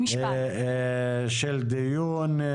סיום הדיון.